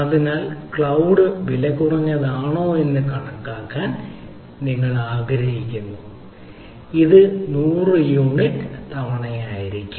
അതിനാൽ ക്ലൌഡ് വിലകുറഞ്ഞതാണോയെന്ന് കണക്കാക്കാൻ നിങ്ങൾ ആഗ്രഹിക്കുന്നു അത് 100 യൂണിറ്റ് തവണയായിരിക്കും